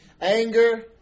anger